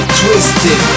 twisted